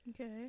Okay